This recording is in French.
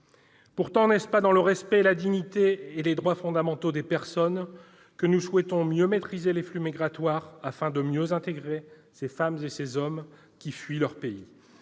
Pourtant, n'est-ce pas dans le respect de la dignité et des droits fondamentaux des personnes que nous souhaitons mieux maîtriser les flux migratoires, afin de mieux intégrer ces femmes et ces hommes qui fuient leur pays ?